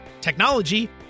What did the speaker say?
technology